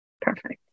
Perfect